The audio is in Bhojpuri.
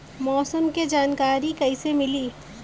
मौसम के जानकारी कैसे मिली?